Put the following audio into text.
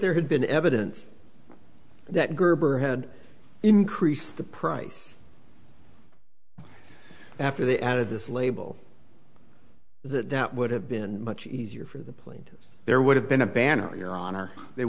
there had been evidence that gerber had increased the price after they added this label that would have been much easier for the plead there would have been a banner year on or they